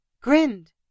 grinned